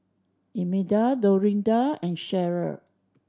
Imelda Dorinda and Sheryl